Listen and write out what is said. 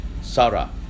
Sarah